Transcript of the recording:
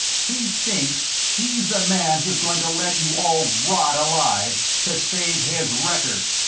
he thinks he's the man who's going to let you all rot alive, to save his record.